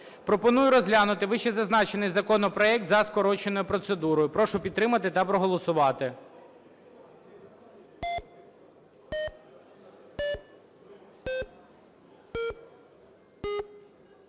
Пропоную розглянути вищезазначений законопроект за скороченою процедурою. Прошу підтримати та проголосувати.